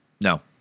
no